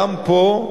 גם פה,